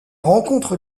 rencontre